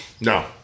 No